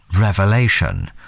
revelation